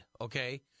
okay